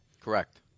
Correct